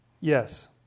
Yes